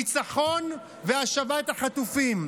ניצחון והשבת החטופים.